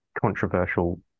controversial